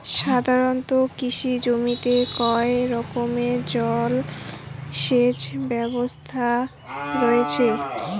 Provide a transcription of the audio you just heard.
সাধারণত কৃষি জমিতে কয় রকমের জল সেচ ব্যবস্থা রয়েছে?